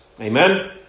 Amen